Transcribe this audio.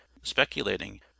speculating